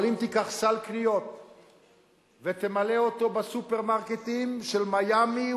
אבל אם תיקח סל קניות ותמלא אותו בסופרמרקטים של מיאמי,